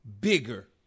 bigger